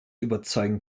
überzeugen